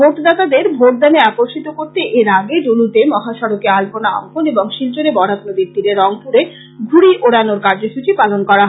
ভোটদাতাদের ভোটদানে আকর্ষিত করতে এরআগে ডলুতে মহাসড়কে আল্পনা অষ্কন এবং শিলচরে বরাক নদীর তীরে রংপুরে ঘুড়ি ওড়ানোর কার্যসূচী পালন করা হয়